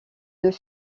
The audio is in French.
deux